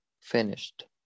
finished